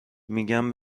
میگم